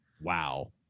wow